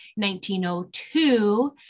1902